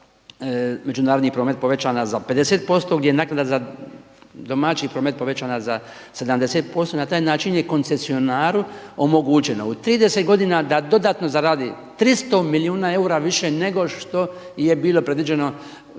međunarodni promet povećana za 50%, gdje je naknada za domaći promet povećana za 70% na taj način je koncesionaru omogućeno u 30 godina da dodatno zaradi 300 milijuna eura više nego što je bilo predviđeno u